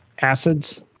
Acids